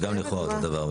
זה גם לכאורה אותו דבר.